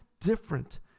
different